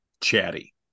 chatty